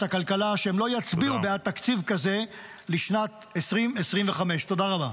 הכלכלה שהם לא יצביעו בעד תקציב כזה לשנת 2025. תודה רבה.